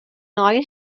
oer